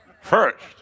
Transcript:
First